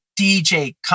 DJ